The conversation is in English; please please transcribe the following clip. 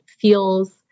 feels